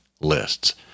lists